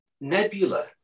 nebula